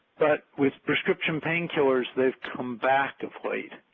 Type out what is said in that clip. but with prescription pain killers, they've come back of late.